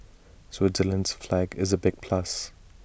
Switzerland's flag is A big plus